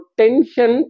tension